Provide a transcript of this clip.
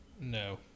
No